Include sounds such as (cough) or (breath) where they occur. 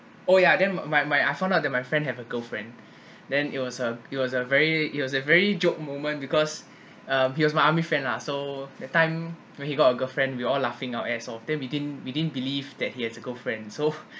oh yeah then my my I found out that my friend have a girlfriend (breath) then it was a it was a very it was a very joke moment because uh he's my army friend lah so that time when he got a girlfriend we all laughing our ass then we didn't we didn't believe that he has a girlfriend so (laughs)